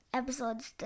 episodes